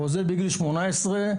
ועוזב בגיל שמונה עשרה,